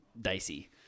dicey